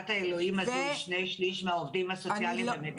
חלקת האלוהים הזו היא שני שליש מהעובדים הסוציאליים במדינת ישראל.